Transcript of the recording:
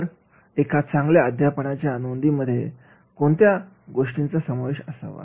तर एका चांगल्या अध्यापनाच्या नोंदीमध्ये कोणत्या गोष्टींचा समावेश असावा